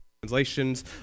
translations